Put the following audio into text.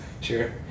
Sure